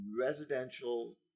residential